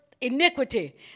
iniquity